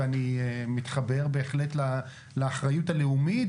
ואני מתחבר בהחלט לאחריות הלאומית